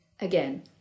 Again